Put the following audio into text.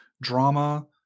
drama